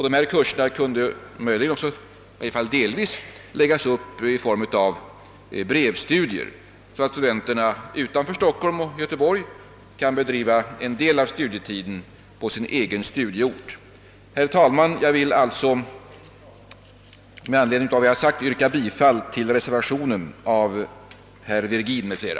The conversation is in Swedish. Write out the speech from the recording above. Dessa kurser kunde möjligen — i varje fall delvis — läggas upp i form av brevstudier, så att studenterna utanför Stockholm och Göteborg kan bedriva en del av studierna på sin egen studieort. Herr talman! Med anledning av vad jag har sagt yrkar jag bifall till reservationen av herr Virgin m.fl.